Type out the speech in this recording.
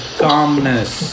calmness